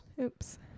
Oops